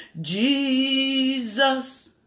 Jesus